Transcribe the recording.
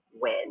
win